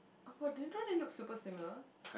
but didn't it look super similar